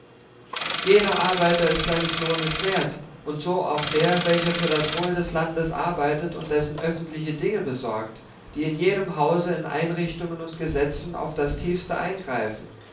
jeder arbeiter ist seines lohnes wert und so auch der welcher für das wohl des landes arbeitet und dessen öffentliche dinge besorgt die in jedem hause in einrichtungen und gesetzen auf das tiefste eingreifen